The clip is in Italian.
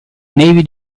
navy